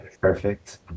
perfect